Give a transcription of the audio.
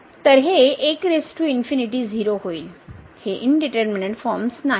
तर हे indeterminate forms नाहीत